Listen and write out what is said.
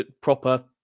proper